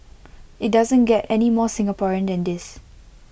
IT doesn't get any more Singaporean than this